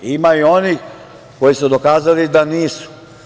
Ima i onih koji su dokazali da nisu.